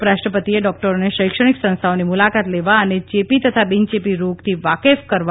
ઉપરાષ્ટ્રપતિએ ડોકટરોને શૈક્ષણિક સંસ્થાઓની મુલાકાત લેવા અને ચેપી તથા બીનચેપી રોગોથી વાકેફ કરવા અનુરોધ કર્યો